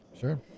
Sure